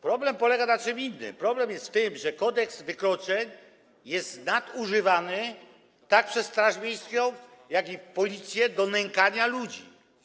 Problem polega na czym innym, problem jest w tym, że Kodeks wykroczeń jest nadużywany zarówno przez straż miejską, jak i Policję do nękania ludzi.